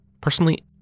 Personally